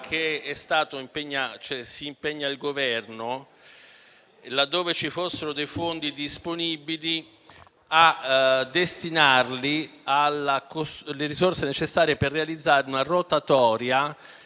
si impegna il Governo, laddove ci fossero dei fondi disponibili, a destinarli alle risorse necessarie per realizzare una rotatoria